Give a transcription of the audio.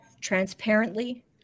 transparently